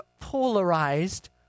polarized